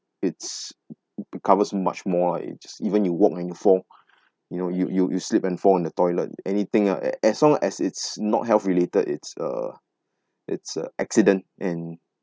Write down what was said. it's covers much more lah it's even you walk and you fall you know you you you slip and fall in the toilet anything uh as long as it's not health related it's a it's a accident and